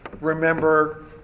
remember